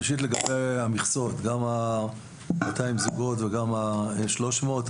ראשית, לגבי המכסות, גם ה-200 זוגות וגם ה-300.